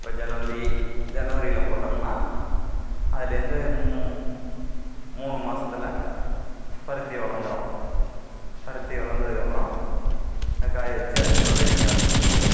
இப்போ ஜனவரி ஜனவரியில் போட்டோம்னா அதுலேருந்து மூணு மாசத்தில் பருத்தி வளர்ந்துரும் பருத்தி வளர்ந்ததுக்கப்பறம் அது காய வச்சு அதுக்கப்புறம் வெடிக்க ஆரம்பித்திடும்